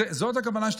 זאת הייתה הכוונה שלי,